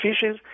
fishes